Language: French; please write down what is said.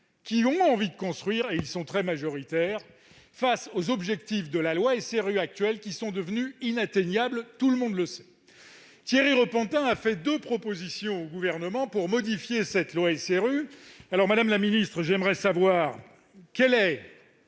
qui ont envie de construire- ils sont très majoritaires -, face aux objectifs actuels de la loi SRU, qui sont devenus inatteignables- tout le monde le sait ! Thierry Repentin a fait deux propositions au Gouvernement pour modifier cette loi SRU. Madame la ministre, j'aimerais savoir si le